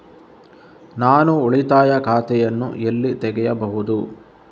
ನಾನು ಉಳಿತಾಯ ಖಾತೆಯನ್ನು ಎಲ್ಲಿ ತೆಗೆಯಬಹುದು?